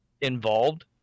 involved